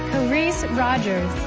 clarice rogers.